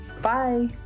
Bye